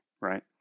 right